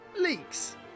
leaks